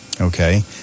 Okay